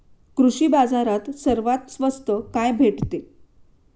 कृषी बाजारात सर्वात स्वस्त काय भेटते?